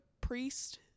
priest